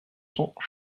cents